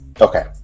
okay